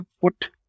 put